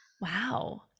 Wow